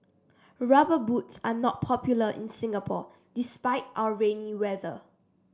rubber boots are not popular in Singapore despite our rainy weather